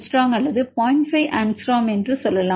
5 angstrom என்று சொல்லலாம்